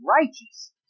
righteous